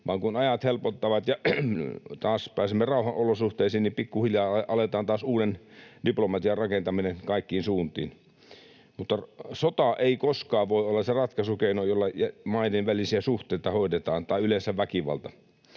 vaan kun ajat helpottavat ja taas pääsemme rauhan olosuhteisiin, niin pikkuhiljaa aloitetaan taas uuden diplomatian rakentaminen kaikkiin suuntiin. Mutta sota ei koskaan voi olla se ratkaisukeino, jolla maiden välisiä suhteita hoidetaan, tai yleensä väkivalta.